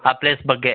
ಆ ಪ್ಲೇಸ್ ಬಗ್ಗೆ